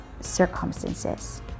circumstances